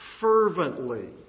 fervently